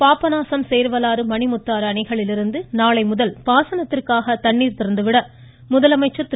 பாபநாசம் சேர்வலாறு மணிமுத்தாறு அணைகளிலிருந்து நாளை முதல் பாசனத்திற்காக தண்ணீர் திறந்து விட முதலமைச்சர் திரு